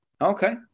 Okay